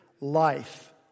life